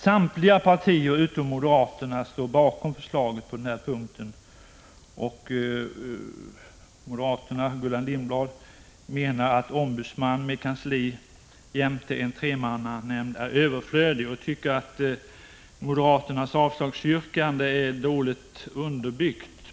Samtliga partier utom moderaterna står bakom förslaget på denna punkt. Gullan Lindblad sade att en ombudsman med kansli jämte en tremannanämnd är överflödig. Jag tycker att moderaternas avslagsyrkande är dåligt underbyggt.